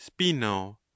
spino